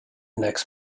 next